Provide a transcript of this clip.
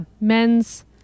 men's